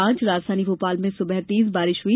आज राजधानी भोपाल में सुबह तेज बारिश हुई